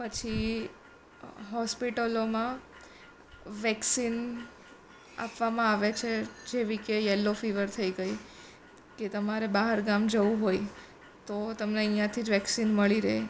પછી હોસ્પિટલોમાં વેક્સિન આપવામાં આવે છે જેવી કે યલો ફીવર થઈ ગઈ કે તમારે બહાર ગામ જવું હોય તો તમને અહીંયાંથી જ વેક્સિન મળી રહે